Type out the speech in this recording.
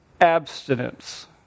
abstinence